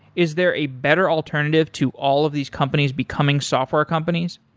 is there a better alternative to all of these companies becoming software companies?